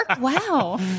wow